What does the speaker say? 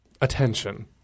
attention